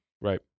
Right